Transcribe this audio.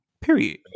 Period